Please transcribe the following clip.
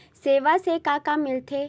सेवा से का का मिलथे?